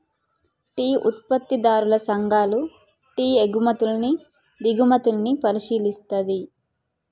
tea ఉత్పత్తిదారుల సంఘాలు tea ఎగుమతుల్ని దిగుమతుల్ని పరిశీలిస్తది